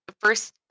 first